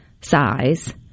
size